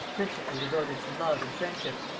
principally devoted to love and friendship,